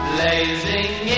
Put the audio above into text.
Blazing